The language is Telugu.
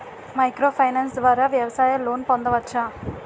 మైక్రో ఫైనాన్స్ ద్వారా వ్యవసాయ లోన్ పొందవచ్చా?